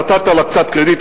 נתת לה קצת קרדיט,